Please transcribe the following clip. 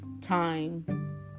time